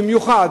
במיוחד